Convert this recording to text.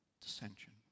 dissension